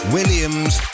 Williams